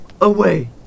away